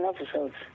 episodes